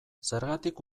zergatik